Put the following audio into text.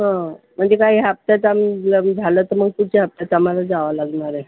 हं म्हणजे काय ह्या हफ्त्यात लग्न झालं तर मग पुढच्या हफ्त्यात आम्हाला जावं लागणार आहे